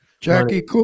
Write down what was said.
jackie